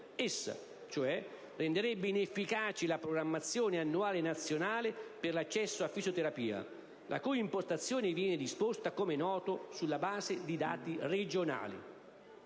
Essa, cioè, renderebbe inefficace la programmazione annuale nazionale per l'accesso alla laurea in Fisioterapia, la cui impostazione viene disposta - com'è noto - sulla base di dati regionali.